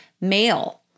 male